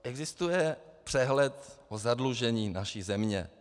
Existuje přehled o zadlužení naší země.